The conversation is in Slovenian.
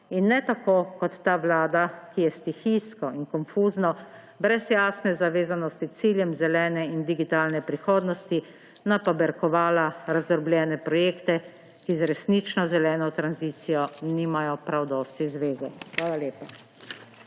in ne tako kot ta vlada, ki je stihijsko in konfuzno, brez jasne zavezanosti ciljem zelene in digitalne prihodnosti napaberkovala razdrobljene projekte, ki z resnično zeleno tranzicijo nimajo prav dosti zveze. Hvala lepa.